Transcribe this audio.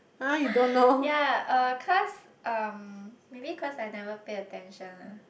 ya uh cause um maybe cause I never pay attention ah